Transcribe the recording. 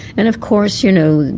and of course, you know,